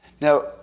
Now